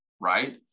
right